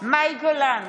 מאי גולן,